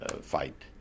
fight